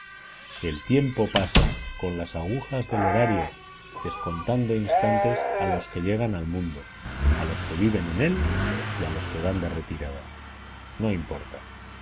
el tiempo pasa con las agujas del horario descontando instantes a los que llegan al mundo a los que viven en él y a los que van de retirada no importa